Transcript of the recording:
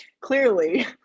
clearly